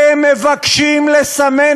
ורבין, קראתי אותך שלוש פעמים לסדר.